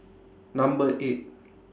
Number eight